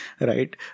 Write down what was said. right